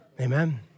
amen